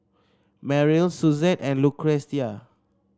Merrill Suzette and Lucretia